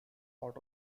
out